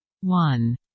One